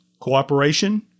cooperation